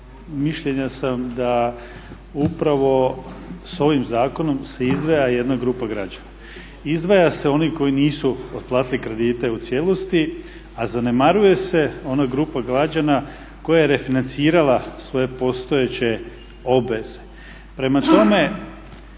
mišljenja sam da upravo s ovim zakonom se izdvaja jedna grupa građana. Izdvajaju se oni koji nisu otplatili kredite u cijelosti a zanemariju se ona grupa građana koja je refinancirala svoje postojeće obveze. Prema tome,